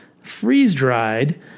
freeze-dried